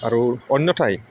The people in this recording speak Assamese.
আৰু অন্যথাই